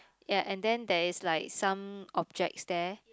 ya and then there is like some objects there